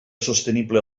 sostenible